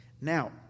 Now